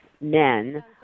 men